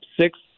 six